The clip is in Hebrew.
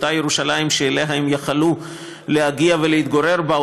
אותה ירושלים שאליה הם ייחלו להגיע ולהתגורר בה,